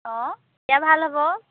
অঁ তেতিয়া ভাল হ'ব